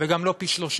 וגם לא פי-שלושה,